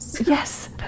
Yes